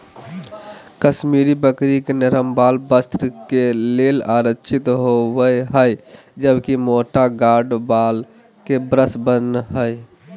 कश्मीरी बकरी के नरम वाल वस्त्र के लेल आरक्षित होव हई, जबकि मोटा गार्ड वाल के ब्रश बन हय